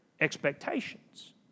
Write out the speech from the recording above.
expectations